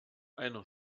einer